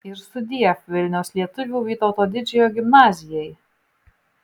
ir sudiev vilniaus lietuvių vytauto didžiojo gimnazijai